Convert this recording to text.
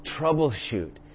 troubleshoot